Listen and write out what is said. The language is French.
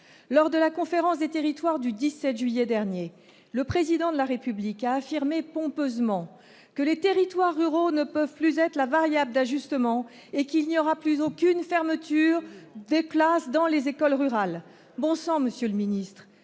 lors de la conférence des territoires du 17 juillet dernier : le président de la République a affirmé pompeusement que les territoires ruraux ne peuvent plus être la variable d'ajustement et qu'il n'y aura plus aucune fermeture des places dans les écoles rurales, bonsoir Monsieur le Ministre,